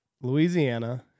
louisiana